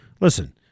Listen